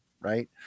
right